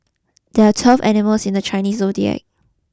there are twelve animals in the Chinese zodiac